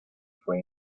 fue